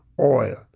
oil